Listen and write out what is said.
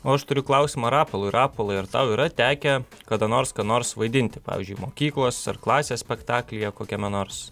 o aš turiu klausimą rapolui rapolai ar tau yra tekę kada nors ką nors vaidinti pavyzdžiui mokyklos ar klasės spektaklyje kokiame nors